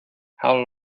how